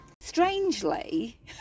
Strangely